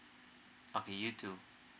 okay you too